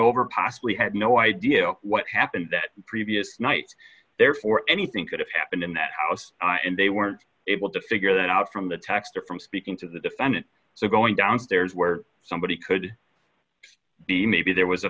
over possibly had no idea what happened that previous night therefore anything could have happened in that house and they weren't able to figure that out from the text or from speaking to the defendant so going downstairs where somebody could be maybe there was a